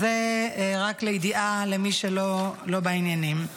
אז זה רק לידיעה, למי שלא בעניינים.